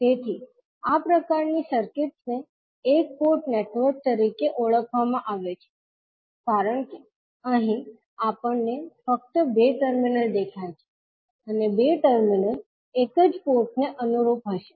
તેથી આ પ્રકારની સર્કિટ્સ ને એક પોર્ટ નેટવર્ક તરીકે ઓળખવામાં આવે છે કારણ કે અહીં આપણને ફક્ત બે ટર્મિનલ દેખાય છે અને બે ટર્મિનલ એક જ પોર્ટ ને અનુરૂપ હશે